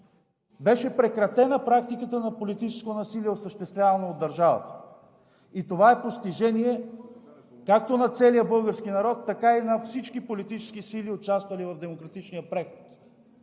беше прекратена практиката на политическо насилие, осъществявано от държавата. И това е постижение както на целия български народ, така и на всички политически сили, участвали в демократичния преход.